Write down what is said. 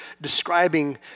describing